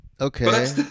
okay